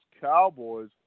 Cowboys